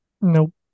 nope